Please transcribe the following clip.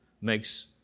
makes